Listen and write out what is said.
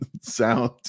Sound